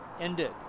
ended